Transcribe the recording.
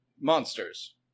Monsters